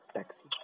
Taxi